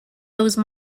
those